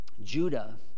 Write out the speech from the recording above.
Judah